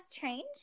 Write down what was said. changed